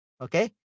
Okay